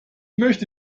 möchte